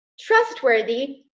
trustworthy